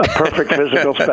perfect physical so